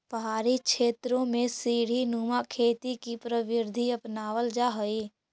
पहाड़ी क्षेत्रों में सीडी नुमा खेती की प्रविधि अपनावाल जा हई